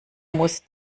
muss